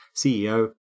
CEO